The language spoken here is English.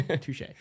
Touche